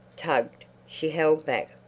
tugged. she held back.